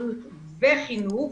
בריאות וחינוך.